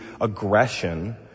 aggression